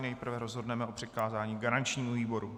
Nejprve rozhodneme o přikázání garančnímu výboru.